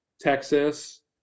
Texas